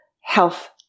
health